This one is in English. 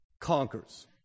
conquers